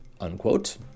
unquote